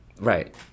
Right